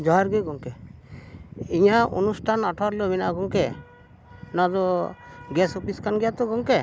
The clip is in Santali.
ᱡᱚᱦᱟᱨ ᱜᱮ ᱜᱚᱢᱠᱮ ᱤᱧᱟᱹᱜ ᱚᱱᱩᱥᱴᱷᱟᱱ ᱟᱴᱷᱟᱨ ᱦᱤᱞᱳᱜ ᱢᱮᱱᱟᱜᱼᱟ ᱜᱚᱢᱠᱮ ᱚᱱᱟ ᱫᱚ ᱜᱮᱥ ᱚᱯᱷᱤᱥ ᱠᱟᱱ ᱜᱮᱭᱟ ᱛᱚ ᱜᱚᱢᱠᱮ